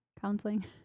counseling